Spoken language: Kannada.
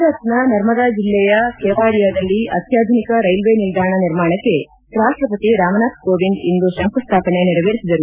ಗುಜರಾತ್ನ ನರ್ಮದಾ ಜಿಲ್ಲೆಯ ಕೆವಾಡಿಯಾದಲ್ಲಿ ಅತ್ಯಾಧುನಿಕ ರೈಲ್ವೆ ನಿಲ್ದಾಣ ನಿರ್ಮಾಣಕ್ಕೆ ರಾಷ್ಷಪತಿ ರಾಮನಾಥ್ ಕೋವಿಂದ್ ಇಂದು ತಂಕುಸ್ವಾಪನೆ ನೆರವೇರಿಸಿದರು